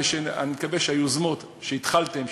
ואני מקווה שהיוזמות שהתחלתם,